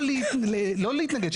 לא לבטל אותו.